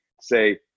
Say